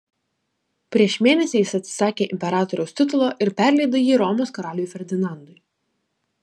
prieš mėnesį jis atsisakė imperatoriaus titulo ir perleido jį romos karaliui ferdinandui